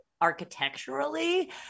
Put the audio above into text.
architecturally